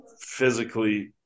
physically